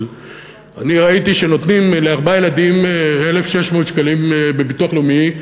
אבל אני ראיתי שנותנים לארבעה ילדים 1,600 שקלים בביטוח לאומי,